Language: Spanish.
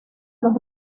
los